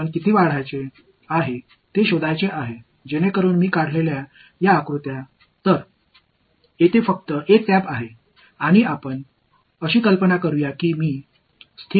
நான் உள்ளே எவ்வளவு நீர் மீதம் உள்ளது என்று தெரிந்துகொள்ள விரும்புகிறேன் எனவே நான் வரைந்த இந்த வரைபடம் வரைந்தேன்